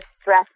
stress